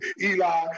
Eli